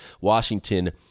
Washington